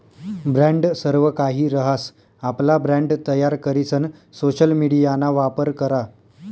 brand सर्वकाहि रहास, आपला ब्रँड तयार करीसन सोशल मिडियाना वापर करा